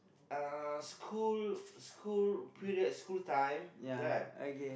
uh school school period school time that